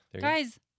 Guys